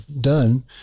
done